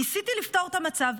ניסיתי לפתור את המצב.